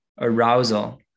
arousal